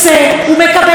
הוא מקבל ליווי.